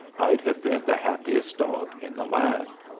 i'd have been the happiest dog in the land.